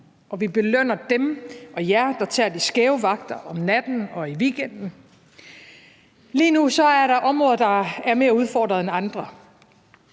og vi belønner dem og jer, der tager de skæve vagter om natten og i weekenden. Lige nu er der områder, som er mere udfordret end andre.